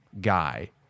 guy